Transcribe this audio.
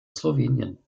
slowenien